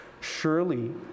Surely